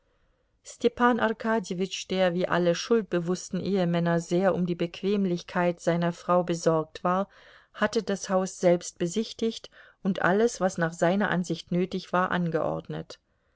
arkadjewitsch der wie alle schuldbewußten ehemänner sehr um die bequemlichkeit seiner frau besorgt war hatte das haus selbst besichtigt und alles was nach seiner ansicht nötig war angeordnet